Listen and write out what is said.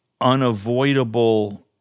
unavoidable